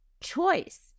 choice